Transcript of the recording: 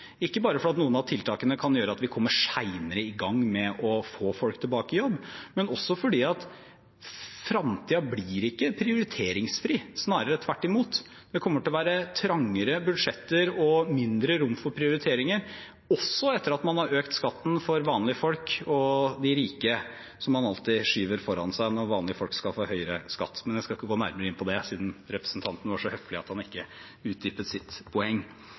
ikke bare fordi noen av tiltakene kan gjøre at vi kommer senere i gang med å få folk tilbake i jobb, men også fordi framtiden ikke blir prioriteringsfri. Snarere tvert imot, det kommer til å være trangere budsjetter og mindre rom for prioriteringer også etter at man har økt skatten for vanlige folk og de rike, som man alltid skyver foran seg når vanlige folk skal få høyere skatt. Men jeg skal ikke gå nærmere inn på det siden representanten Moxnes var så høflig at han ikke utdypet sitt poeng.